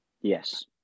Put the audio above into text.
Yes